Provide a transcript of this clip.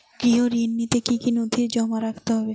গৃহ ঋণ নিতে কি কি নথি জমা রাখতে হবে?